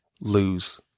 lose